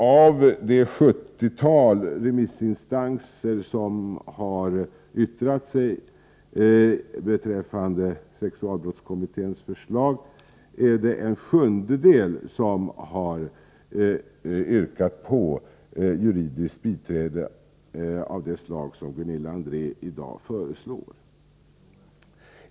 Av det sjuttiotal remissinstanser som har yttrat sig över sexualbrottskommitténs förslag är det en sjundedel som har yrkat på juridiskt biträde av det slag som Gunilla André nu föreslår.